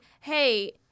hey